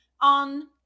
on